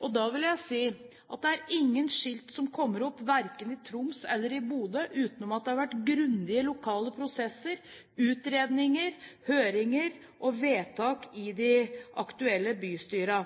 Jeg vil si at det er ingen skilt som kommer opp verken i Tromsø eller i Bodø uten at det har vært grundige lokale prosesser, utredninger, høringer og vedtak i de